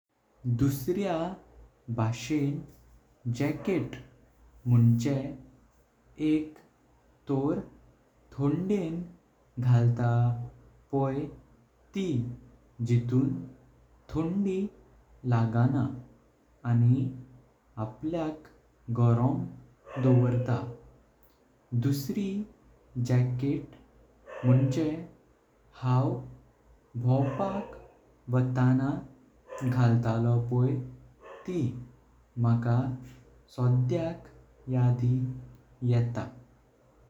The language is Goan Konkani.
दुसऱ्या बाशेण जाकेट मुणचें एक तोर ठोंडें घालतां पॉय ती जिटून ठोंडी लागतां। आनी आपल्या गोरम दवोर्टा, दुसरी जाकेट मुणचें हांव भोपाक वाटण घालतलो पॉय ती मका सोडयक याडि येता।